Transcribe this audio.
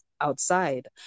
outside